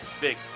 big